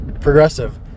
progressive